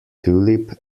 tulip